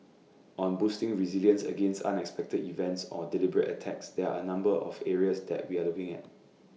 on boosting resilience against unexpected events or deliberate attacks there are A number of areas that we are looking at